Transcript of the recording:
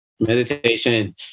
Meditation